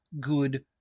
good